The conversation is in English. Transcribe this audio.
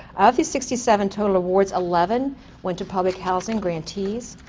of these sixty seven total awards, eleven went to public housing grantees,